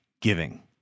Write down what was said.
giving